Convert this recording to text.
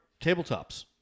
tabletops